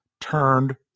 turned